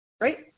right